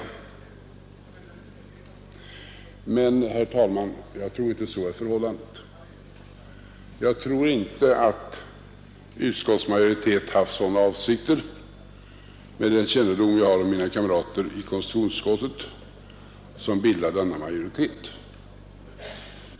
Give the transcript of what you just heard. Emellertid, herr talman, tror jag inte att så är förhållandet, med den kännedom jag har om mina kamrater i konstitutionsutskottet som bildar majoriteten.